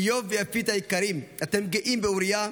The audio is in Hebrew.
איוב ויפית היקרים, אתם גאים באוריה.